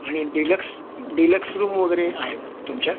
आणि deluxe deluxe room वगैरे आहेत तुमच्या